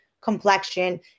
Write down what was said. complexion